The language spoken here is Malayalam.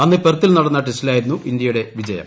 അന്ന് പെർത്തിൽ നടന്ന ടെസ്റ്റിലായിരുന്നു ഇന്തൃയുടെ വിജയം